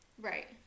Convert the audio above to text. Right